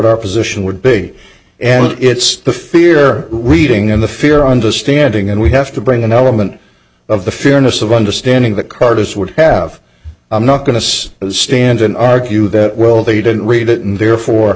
our position would big and it's the fear reading and the fear understanding and we have to bring an element of the fairness of understanding that carter's would have i'm not going to stand and argue that well they didn't read it and therefore